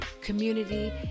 community